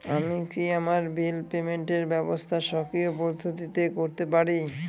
আমি কি আমার বিল পেমেন্টের ব্যবস্থা স্বকীয় পদ্ধতিতে করতে পারি?